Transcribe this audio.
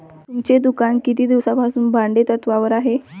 तुमचे दुकान किती दिवसांपासून भाडेतत्त्वावर आहे?